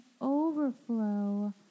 overflow